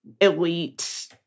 elite